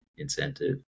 incentive